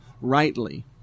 rightly